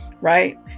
right